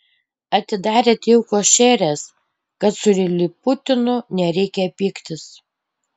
atidarėt jau košeres kad su liliputinu nereikia pyktis